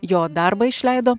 jo darbą išleido